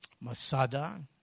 masada